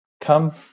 Come